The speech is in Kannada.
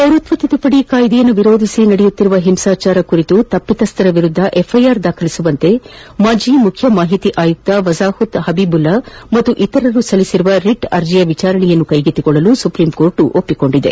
ಪೌರತ್ನ ತಿದ್ಗುಪದಿ ಕಾಯ್ಲೆ ವಿರೋಧಿಸಿ ನಡೆಯುತ್ತಿರುವ ಹಿಂಸಾಚಾರ ಕುರಿತು ತಪ್ಸಿತಸ್ತರ ವಿರುದ್ನ ಎಫ್ಐಆರ್ ದಾಖಲಿಸುವಂತೆ ಮಾಜಿ ಮುಖ್ಯ ಮಾಹಿತಿ ಆಯುಕ್ತ ವಜಾಹತ್ ಹಬೀಬುಲ್ಲಾ ಹಾಗೂ ಇತರರು ಸಲ್ಲಿಸಿದ್ದ ರಿಟ್ ಅರ್ಜಿಯ ವಿಚಾರಣೆ ಕೈಗೆತ್ತಿಕೊಳ್ಳಲು ಸುಪ್ರೀಂ ಕೋರ್ಟ್ ಸಮ್ಮತಿಸಿದೆ